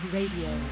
Radio